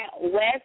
West